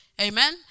Amen